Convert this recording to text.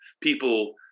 people